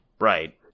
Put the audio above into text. Right